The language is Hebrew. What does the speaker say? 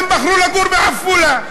הם בחרו לגור בעפולה,